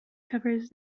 covers